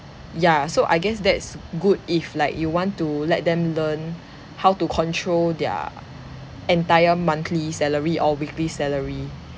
ya so I guess that's good if like you want to let them learn how to control their entire monthly salary or weekly salary